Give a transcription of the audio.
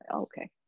Okay